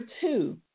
two